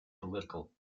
political